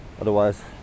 Otherwise